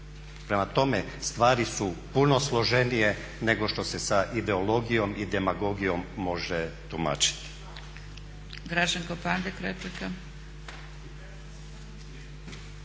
Prema tome, stvari su puno složenije nego što se sa ideologijom i demagogijom može tumačiti.